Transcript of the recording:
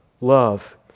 love